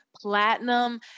platinum